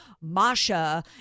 Masha